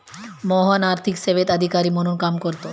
मोहन आर्थिक सेवेत अधिकारी म्हणून काम करतो